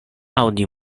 aŭdi